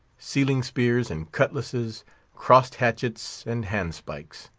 sealing-spears and cutlasses crossed hatchets and hand-spikes.